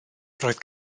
roedd